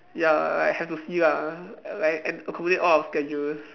ya like have to see ah and like accommodate all our schedules